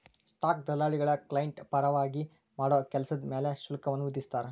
stock ದಲ್ಲಾಳಿಗಳ client ಪರವಾಗಿ ಮಾಡೋ ಕೆಲ್ಸದ್ ಮ್ಯಾಲೆ ಶುಲ್ಕವನ್ನ ವಿಧಿಸ್ತಾರ